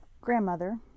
Grandmother